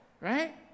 right